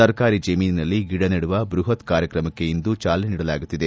ಸರ್ಕಾರಿ ಜಮೀನಿನಲ್ಲಿ ಗಿಡ ನೆಡುವ ಬೃಪತ್ ಕಾರ್ಯಕ್ರಮಕ್ಕೆ ಇಂದು ಚಾಲನೆ ನೀಡಲಾಗುತ್ತಿದೆ